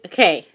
Okay